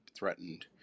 threatened